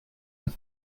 and